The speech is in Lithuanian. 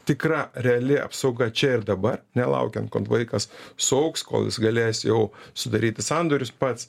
tikra reali apsauga čia ir dabar nelaukiant kol vaikas suaugs kol jis galės jau sudaryti sandorius pats